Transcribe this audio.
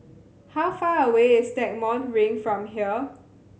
how far away is Stagmont Ring from here